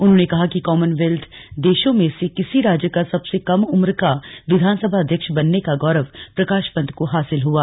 उन्होंने कहा कि कॉमनवेल्थ देशों में से किसी राज्य का सबसे कम उम्र का विधानसभा अध्यक्ष बनने का गौरव प्रकाश पंत को हासिल हुआ